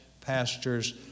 pastors